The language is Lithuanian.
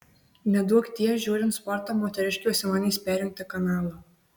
neduokdie žiūrint sportą moteriškė užsimanys perjungti kanalą